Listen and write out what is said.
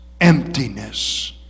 emptiness